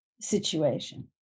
situation